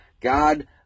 God